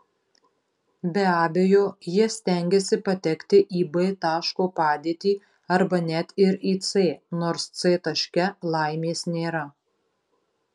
be abejo jie stengiasi patekti į b taško padėtį arba net ir į c nors c taške laimės nėra